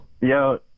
Yo